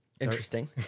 interesting